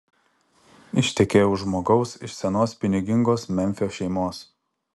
ištekėjo už žmogaus iš senos pinigingos memfio šeimos